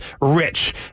rich